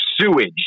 sewage